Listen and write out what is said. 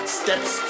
steps